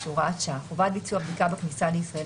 (הוראת שעה) (חובת ביצוע בדיקה בכניסה לישראל),